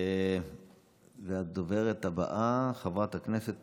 הדוברת הבאה, חברת הכנסת